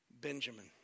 Benjamin